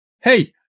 hey